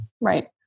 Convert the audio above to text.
Right